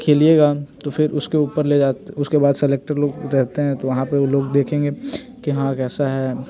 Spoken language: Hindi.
खेलिएगा तो फिर उसके ऊपर ले जा उसके बाद सलेक्टर लोग रहते हैं तो वहाँ पर वो लोग देखेंगे कि हाँ कैसा है